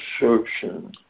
assertion